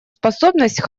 способность